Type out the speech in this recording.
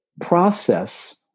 process